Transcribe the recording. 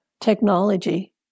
technology